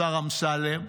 השר אמסלם.